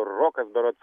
rokas berods